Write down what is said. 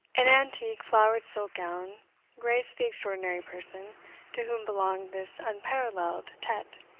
an antique flowered silk gown graced the extraordinary person to whom belonged this unparalleled tete,